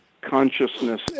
consciousness